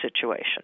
situation